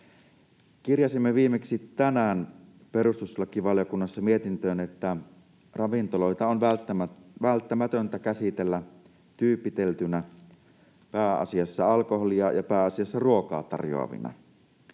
Kirjasimme viimeksi tänään perustuslakivaliokunnassa mietintöön, että ravintoloita on välttämätöntä käsitellä tyypiteltynä: pääasiassa alkoholia ja pääasiassa ruokaa tarjoavina.